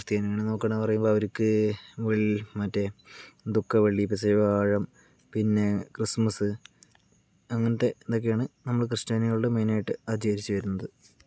ക്രിസ്ത്യാനികളെ നോക്കുവാണേൽ പറയുമ്പോൾ അവര്ക്ക് വെൽ മറ്റേ ദുഃഖവെള്ളി പെസഹ വ്യാഴം പിന്നെ ക്രിസ്മസ് അങ്ങനത്തെ ഇതൊക്കെയാണ് നമ്മുടെ ക്രിസ്ത്യാനികളുടെ മെയിനായിട്ട് ആചരിച്ച് വരുന്നത്